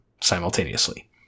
simultaneously